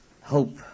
hope